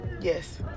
Yes